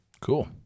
Cool